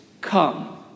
come